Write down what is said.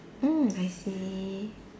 mm I see